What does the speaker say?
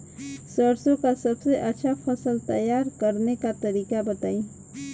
सरसों का सबसे अच्छा फसल तैयार करने का तरीका बताई